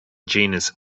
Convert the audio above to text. genus